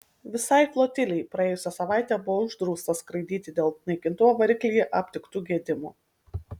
visai flotilei praėjusią savaitę buvo uždrausta skraidyti dėl naikintuvo variklyje aptiktų gedimų